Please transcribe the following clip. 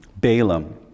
Balaam